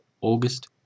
August